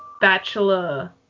bachelor